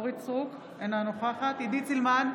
אורית מלכה סטרוק, אינה נוכחת עידית סילמן,